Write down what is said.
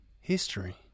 history